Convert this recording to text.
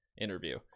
interview